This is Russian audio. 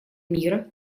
мира